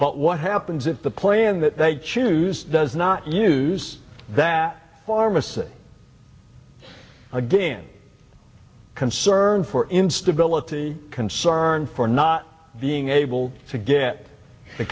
but what happens if the plan that they choose does not use that pharmacy again concern for instability concern for not being able to get the